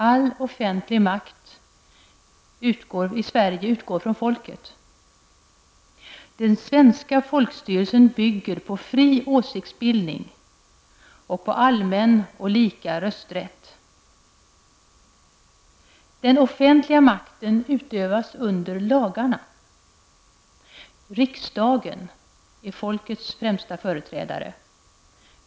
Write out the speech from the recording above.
''All offentlig makt i Sverige utgår från folket. Den svenska folkstyrelsen bygger på fri åsiktsbildning och på allmän och lika rösträtt. -- Den offentliga makten utövas under lagarna. -- Riksdagen är folkets främsta företrädare.